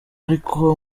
ariko